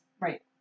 Right